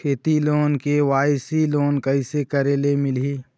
खेती loan KYC loan कइसे करे ले मिलही?